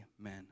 Amen